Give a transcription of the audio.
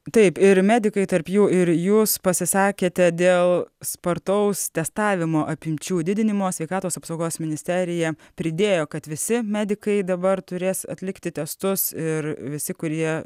taip ir medikai tarp jų ir jūs pasisakėte dėl spartaus testavimo apimčių didinimo sveikatos apsaugos ministerija pridėjo kad visi medikai dabar turės atlikti testus ir visi kurie